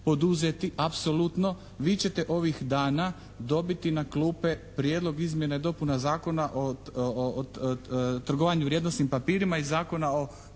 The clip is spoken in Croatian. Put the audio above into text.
poduzeti apsolutno. Vi ćete ovih dana dobiti na klupe Prijedlog izmjene i dopune Zakona o trgovanju vrijednosnim papirima i Zakona o